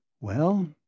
Well